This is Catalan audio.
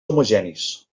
homogenis